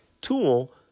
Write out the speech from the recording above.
tool